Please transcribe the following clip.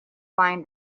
find